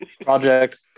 Project